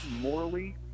morally